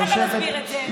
איך אתה מסביר את זה?